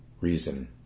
reason